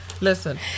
Listen